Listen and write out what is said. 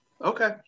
okay